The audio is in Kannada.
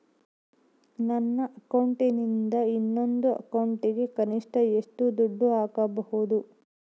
ನನ್ನ ಅಕೌಂಟಿಂದ ಇನ್ನೊಂದು ಅಕೌಂಟಿಗೆ ಕನಿಷ್ಟ ಎಷ್ಟು ದುಡ್ಡು ಹಾಕಬಹುದು?